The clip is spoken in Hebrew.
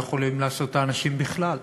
מה יכולים לעשות האנשים בכלל?